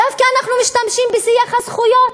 דווקא אנחנו משתמשים בשיח הזכויות,